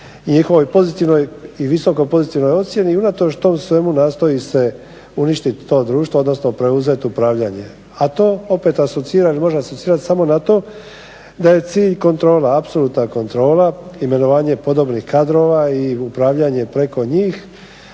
njihovoj pozitivnoj i visoko pozitivnoj ocjeni i unatoč tom svemu nastoji se uništiti to društvo odnosno preuzeti upravljanje. A to opet asocira ili može asocirati samo na to da je cilj kontrola, apsolutna kontrola, imenovanje podobnih kadrova i upravljanje preko njih